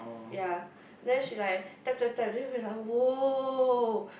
ya then she like type type type then we like !woah!